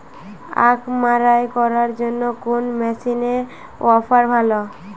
আখ মাড়াই করার জন্য কোন মেশিনের অফার ভালো?